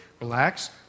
relax